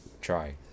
try